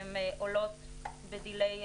הן עולות בדיליי,